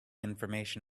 information